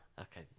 Okay